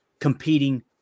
competing